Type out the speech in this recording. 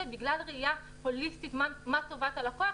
בגלל ראייה הוליסטית מה טובת הלקוח,